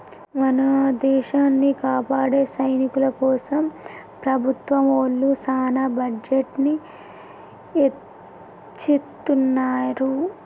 మన దేసాన్ని కాపాడే సైనికుల కోసం ప్రభుత్వం ఒళ్ళు సాన బడ్జెట్ ని ఎచ్చిత్తున్నారు